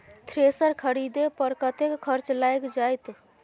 Thresher खरीदे पर कतेक खर्च लाईग जाईत?